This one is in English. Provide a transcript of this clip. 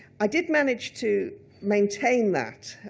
i did manage to maintain that,